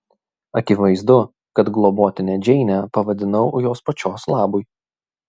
akivaizdu kad globotine džeinę pavadinau jos pačios labui